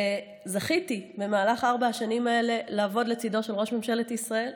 זכיתי במהלך ארבע השנים האלה לעבוד לצידו של ראש ממשלת ישראל,